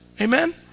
Amen